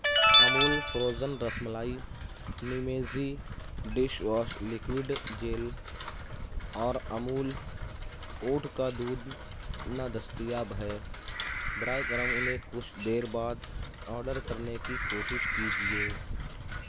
Amul frozen ras malai نیمیزی dish wash liquid gel اور Amul oat کا دودھ نادستیاب ہے براہ کرم انہیں کچھ دیر بعد آڈر کرنے کی کوشش کیجیے